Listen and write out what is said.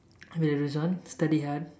then Rizwan study hard